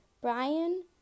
Brian